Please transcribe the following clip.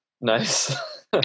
nice